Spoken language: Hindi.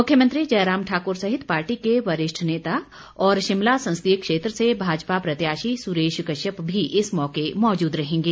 मुख्यमंत्री जयराम ठाकूर सहित पार्टी के वरिष्ठ नेता और शिमला संसदीय क्षेत्र से भाजपा प्रत्याशी सुरेश कश्यप भी इस मौके मौजूद रहेंगे